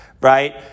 right